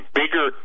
bigger